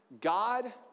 God